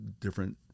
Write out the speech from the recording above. different